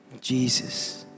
Jesus